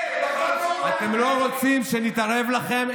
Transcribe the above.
אתם לא רוצים שנתערב לכם?